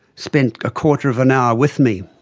spent a quarter of an hour with me,